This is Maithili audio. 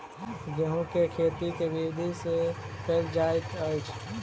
गेंहूँ केँ खेती केँ विधि सँ केल जाइत अछि?